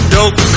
Dope